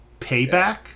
Payback